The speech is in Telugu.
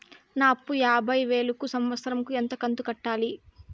నా అప్పు యాభై వేలు కు సంవత్సరం కు ఎంత కంతు కట్టాలి?